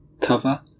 cover